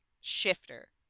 shifter